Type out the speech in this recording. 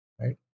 right